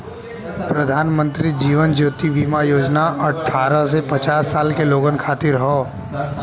प्रधानमंत्री जीवन ज्योति बीमा योजना अठ्ठारह से पचास साल के लोगन खातिर हौ